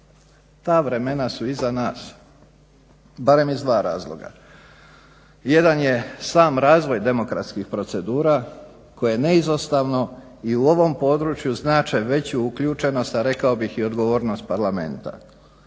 Ta vremena su iza nas barem iz dva razloga. Jedan je sam razvoj demokratskih procedura koje neizostavno i u ovom području znače veću uključenost, a rekao bih i odgovornost Parlamenta.